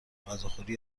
غذاخوری